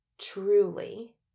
truly